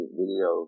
video